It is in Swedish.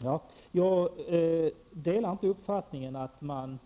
Herr talman! Jag delar inte uppfattningen att man